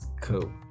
Cool